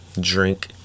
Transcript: Drink